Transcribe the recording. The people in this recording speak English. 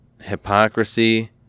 hypocrisy